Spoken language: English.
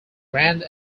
grand